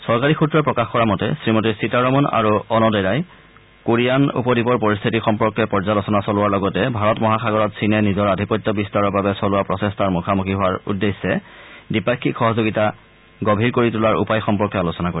চৰকাৰী সূত্ৰই প্ৰকাশ কৰা মতে শ্ৰীমতী সীতাৰমন আৰু অনডেৰাই কোৰিয়ানে উপদ্বীপৰ পৰিস্থিতি সম্পৰ্কে পৰ্যালোচনা চলোৱাৰ লগতে ভাৰত মহাসাগৰত চীনে নিজৰ আধিপত্য বিস্তাৰৰ বাবে চলোৱা প্ৰচেষ্টাৰ মুখামুখি হোৱাৰ উদ্দেশ্যে দ্বিপাক্ষিক সহযোগিতা অধিক গভীৰ কৰি তোলাৰ উপায় সম্পৰ্কে আলোচনা কৰিব